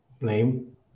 name